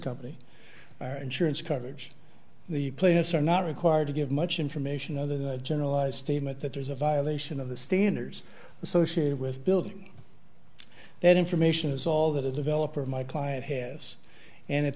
company or insurance coverage the plaintiffs are not required to give much information other than a generalized statement that there is a violation of the standards associated with building that information is all that a developer my client has and at